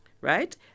right